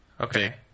Okay